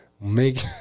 make